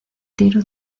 tiro